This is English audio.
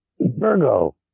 Virgo